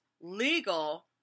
legal